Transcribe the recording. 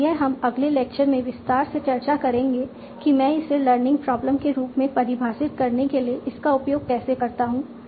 और यह हम अगले लेक्चर में विस्तार से चर्चा करेंगे कि मैं इसे लर्निंग प्रॉब्लम के रूप में परिभाषित करने के लिए इसका उपयोग कैसे करता हूं